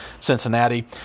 Cincinnati